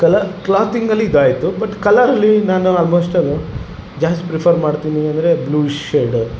colour ಕ್ಲಾತಿಂಗಲ್ಲಿ ಇದಾಯಿತು but ಕಲರಲ್ಲಿ ನಾನು ಆಲ್ಮೋಸ್ಟಾಲ್ ಜಾಸ್ತಿ ಪ್ರಿಫರ್ ಮಾಡ್ತೀನಿ ಅಂದರೆ ಬ್ಲೂ ಶೇಡ್